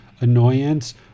annoyance